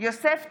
יוסף טייב,